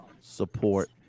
support